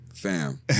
Fam